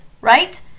right